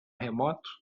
remoto